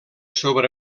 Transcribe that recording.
sobre